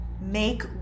make